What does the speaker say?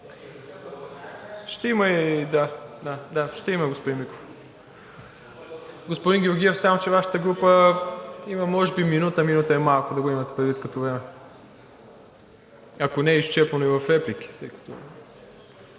ще има. Господин Георгиев, само че Вашата група има може би минута – минута и малко, да го имате предвид като време. Ако не е и изчерпано в реплики.